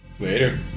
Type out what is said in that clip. Later